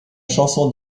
chanson